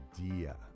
idea